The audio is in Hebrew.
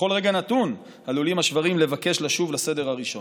בכל רגע נתון עלולים השברים לבקש לשוב לסדר הראשון.